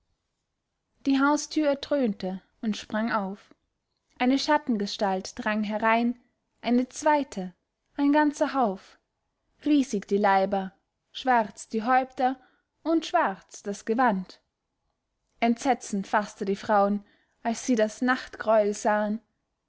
die haustür erdröhnte und sprang auf eine schattengestalt drang herein eine zweite ein ganzer hauf riesig die leiber schwarz die häupter und schwarz das gewand entsetzen faßte die frauen als sie das nachtgreuel sahen